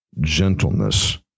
gentleness